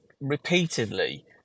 repeatedly